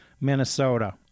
Minnesota